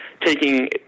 taking